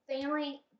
family